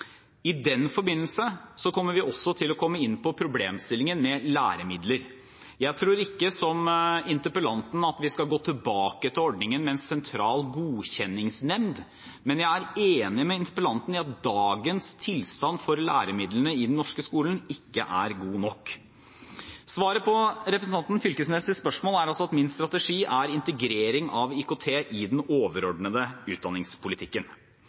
I den forbindelse kommer vi også til å komme inn på problemstillingen med læremidler. Jeg tror ikke som interpellanten at vi skal gå tilbake til ordningen med en sentral godkjenningsnemnd, men jeg er enig med interpellanten i at dagens tilstand for læremidlene i den norske skolen ikke er god nok. Svaret på representanten Knag Fylkesnes’ spørsmål er altså at min strategi er integrering av IKT i den overordnede utdanningspolitikken.